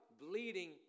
bleeding